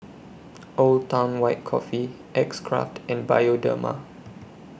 Old Town White Coffee X Craft and Bioderma